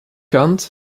kant